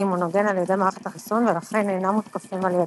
כאימונוגן על ידי מערכת החיסון ולכן אינם מותקפים על ידה.